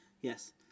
Yes